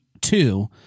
two